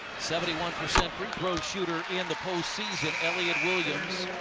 seventy one percent free-throw shooter in the postseason, elliot williams.